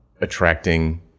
attracting